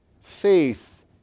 Faith